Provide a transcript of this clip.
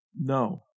No